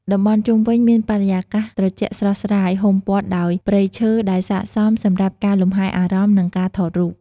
តំបន់ជុំវិញមានបរិយាកាសត្រជាក់ស្រស់ស្រាយ ហ៊ុំព័ទ្ធដោយព្រៃឈើ ដែលស័ក្តិសមសម្រាប់ការលំហែអារម្មណ៍ និងការថតរូប។